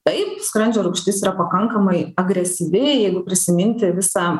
taip skrandžio rūgštis yra pakankamai agresyvi jeigu prisiminti visą